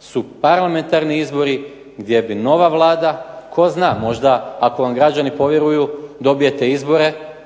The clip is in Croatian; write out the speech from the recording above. su parlamentarni izbori gdje bi nova Vlada, tko zna možda ako vam građani povjeruju dobijete izbore.